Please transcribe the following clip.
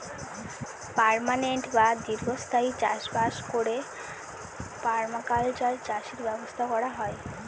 permanent বা দীর্ঘস্থায়ী চাষ বাস করে পারমাকালচার চাষের ব্যবস্থা করা হয়